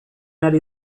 ari